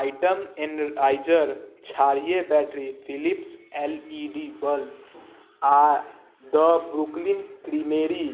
item Energizer क्षारीय battery Philips L E D bulb आ the Brooklyn creamery